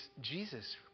Jesus